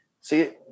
See